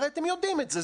אתם יודעים את זה,